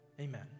Amen